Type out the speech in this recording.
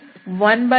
3x417